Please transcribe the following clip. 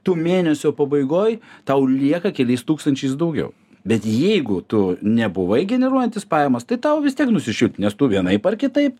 tu mėnesio pabaigoj tau lieka keliais tūkstančiais daugiau bet jeigu tu nebuvai generuojantis pajamas tai tau vis tiek nusišikt nes tu vienaip ar kitaip